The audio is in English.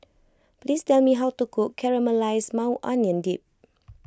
please tell me how to cook Caramelized Maui Onion Dip